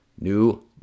new